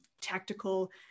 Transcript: tactical